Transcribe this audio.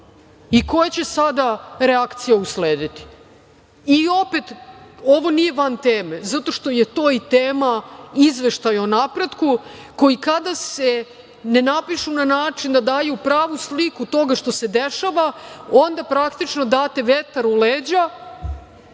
Koje će sada reakcije uslediti? Opet, ovo nije van teme zato što je to i tema Izveštaja o napretku koji kada se ne napišu na način da daju pravu sliku toga što se dešava onda, praktično date vetar u leđa,